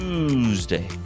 Tuesday